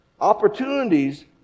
Opportunities